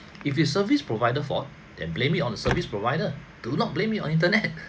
if your service provider fault then blame it on the service provider do not blame it on internet